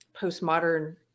postmodern